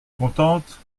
contente